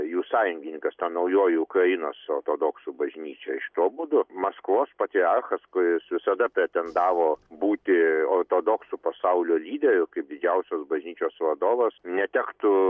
jų sąjungininkas ta naujoji ukrainos ortodoksų bažnyčia šituo būdu maskvos patriarchas kuris visada pretendavo būti ortodoksų pasaulio lyderiu kaip didžiausios bažnyčios vadovas netektų